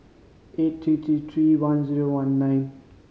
eight three three three one zero one nine